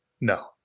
No